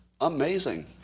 Amazing